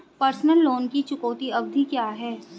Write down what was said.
Personal loan की चुकौती अवधि क्या है?